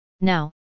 Now